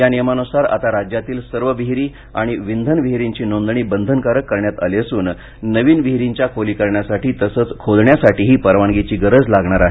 या नियमानुसार आता राज्यातील सर्व विहिरी आणि विंधन विहिरींची नोंदणी बंधनकारक करण्यात आली असून नवीन विहिरींच्या खोलीकरणासाठी तसंच खोदण्यासाठीही परवानगीची गरज लागणार आहे